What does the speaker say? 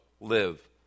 live